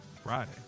Friday